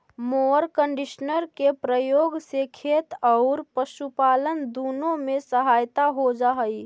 mower conditioner के प्रयोग से खेत औउर पशुपालन दुनो में सहायता हो जा हई